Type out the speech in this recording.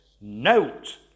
note